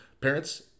parents